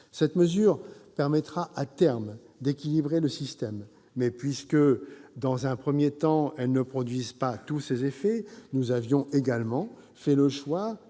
Cette mesure permettrait, à terme, d'équilibrer le système. Mais, puisque dans un premier temps, elle ne peut pas produire tous ses effets, nous avions également fait le choix,